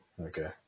Okay